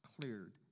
cleared